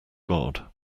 god